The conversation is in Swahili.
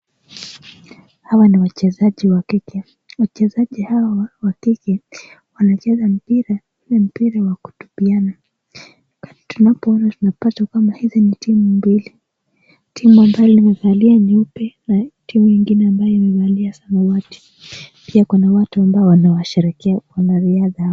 Hawa ni wachezaji wa kike wachezaji hawa wa kike wanacheza mpira ya kutupiana, tunapoona tunapata kwamba hizi ni timu mbili timu amva limevalia nyeupe na timu ingine inayovalia samawadi pia kuna watu ambao wanawasherekea wanariadha hawa.